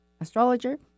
astrologer